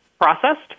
processed